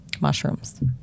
mushrooms